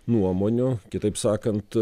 nuomonių kitaip sakant